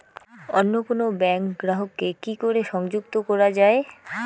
অন্য কোনো ব্যাংক গ্রাহক কে কি করে সংযুক্ত করা য়ায়?